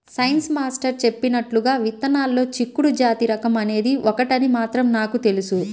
science master చెప్పినట్లుగా విత్తనాల్లో చిక్కుడు జాతి రకం అనేది ఒకటని మాత్రం నాకు తెలుసు